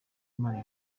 imana